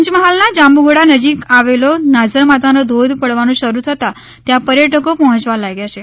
પંચમહાલના જાંબુઘોડા નજીક આવેલો નાઝર માતાનો ધોધ પડવાનો શરૂ થતા ત્યાં પર્યટકો પર્હોચવા લાગ્યા છે